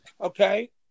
Okay